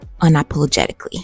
unapologetically